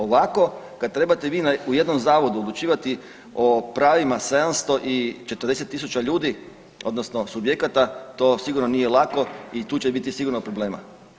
Ovako kad trebate vi u jednom zavodu odlučivati o pravima 740 000 ljudi, odnosno subjekata to sigurno nije lako i tu će biti sigurno problema.